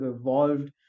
evolved